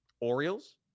Orioles